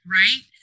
right